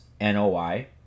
NOI